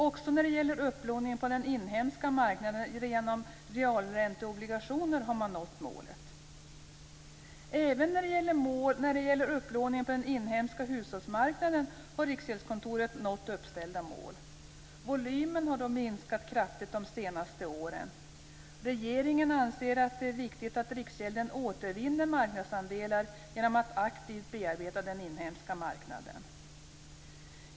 Också i fråga om upplåningen på den inhemska marknaden genom realränteobligationer har man nått målet. Även när det gäller upplåningen på den inhemska hushållsmarknaden har Riksgäldskontoret nått uppställda mål. Volymen har minskat kraftigt de senaste åren. Regeringen anser att det är viktigt att riksgälden återvinner marknadsandelar genom att aktivt bearbeta den inhemska marknaden.